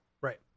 Right